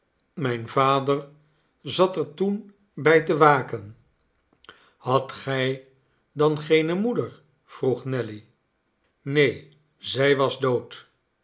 mijn vader zat er toen bij te waken hadt gij dan geene moeder vroeg nelly neen zij was dood